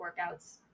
workouts